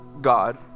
God